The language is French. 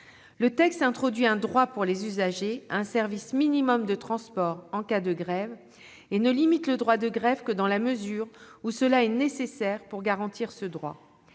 Le texte crée un droit pour les usagers à un service minimum de transport en cas de grève et ne limite le droit de grève que dans la mesure où cela est nécessaire pour garantir ce service